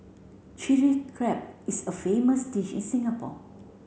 Chilli Crab is a famous dish in Singapore